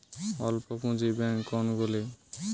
অল্প পুঁজি ব্যাঙ্ক কোনগুলি?